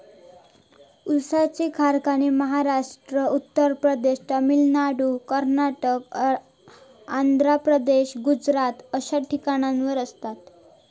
ऊसाचे कारखाने महाराष्ट्र, उत्तर प्रदेश, तामिळनाडू, कर्नाटक, आंध्र प्रदेश, गुजरात अश्या ठिकाणावर आसात